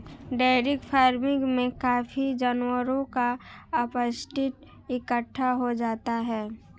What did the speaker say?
dairy farming में काफी जानवरों का अपशिष्ट इकट्ठा हो जाता है